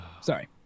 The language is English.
Sorry